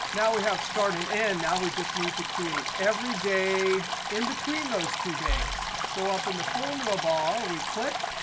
now we have start and end. now we just need to create every day in between those two days. so up in the formula bar, we click.